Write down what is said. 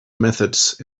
methods